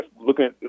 looking